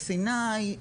סיני,